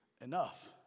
enough